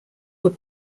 were